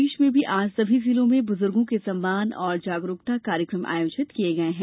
प्रदेश में भी आज सभी जिलों में बुजुर्गो के सम्मान और जागरूकता कार्यक्रम आयोजित किये गये हैं